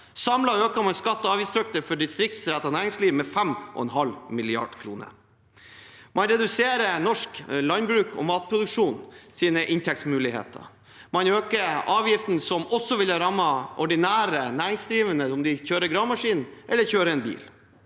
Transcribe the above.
Samlet øker det skatte- og avgiftstrykket for distriktsrettet næringsliv med 5,5 mrd. kr. Man reduserer norsk landbruks og matproduksjons inntektsmuligheter. Man øker avgiftene som også ville rammet det ordinære næringslivet, om de kjører gravemaskin eller kjører bil.